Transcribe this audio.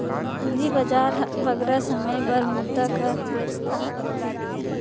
पूंजी बजार हर बगरा समे बर मुद्रा कर बेवस्था करथे